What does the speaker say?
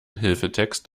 hilfetext